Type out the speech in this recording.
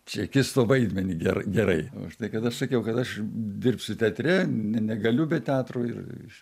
čekisto vaidmenį ger gerai užtai kad aš sakiau kad aš dirbsiu teatre ne negaliu be teatro ir